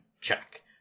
Check